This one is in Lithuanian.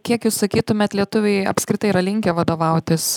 kiek jūs sakytumėt lietuviai apskritai yra linkę vadovautis